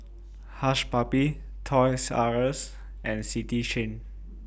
Hush Puppies Toys R US and City Chain